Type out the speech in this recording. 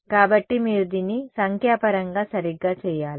కాబట్టి మీరు దీన్ని సంఖ్యాపరంగా సరిగ్గా చేయాలి